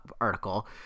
article